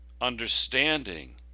understanding